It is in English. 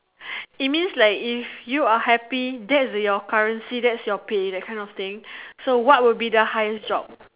it means like if you are happy that's your currency that's your pay that kind of thing so what will be the highest job